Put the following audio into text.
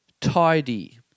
Tidy